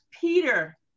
Peter